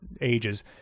ages